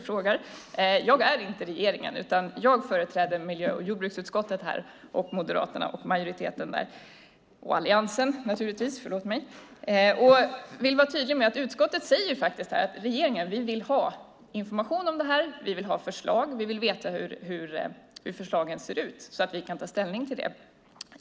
Jag är inte regeringen, utan jag företräder miljö och jordbruksutskottets majoritet, Moderaterna och Alliansen. Vi vill ha information och förslag från regeringen, och vi vill veta hur förslagen ser ut så att vi kan ta ställning till dem.